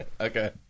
Okay